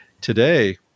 Today